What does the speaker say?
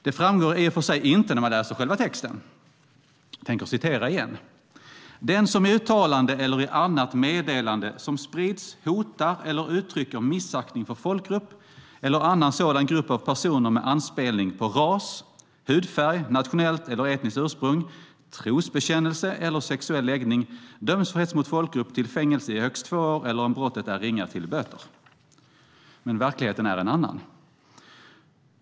Det framgår i och för sig inte när man läser själva texten. Jag tänker citera igen. Där står: "Den som i uttalande eller i annat meddelande som sprids hotar eller uttrycker missaktning för folkgrupp eller annan sådan grupp av personer med anspelning på ras, hudfärg, nationellt eller etniskt ursprung, trosbekännelse eller sexuell läggning, döms för hets mot folkgrupp till fängelse i högst två år eller om brottet är ringa, till böter." Men verkligheten är en annan.